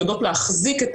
שיודעות להחזיק,